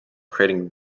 creating